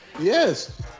Yes